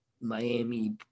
Miami